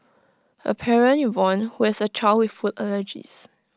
A parent Yvonne who has A child with food allergies